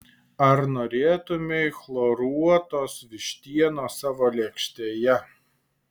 ar norėtumei chloruotos vištienos savo lėkštėje